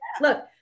Look